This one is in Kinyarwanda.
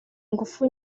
ingufu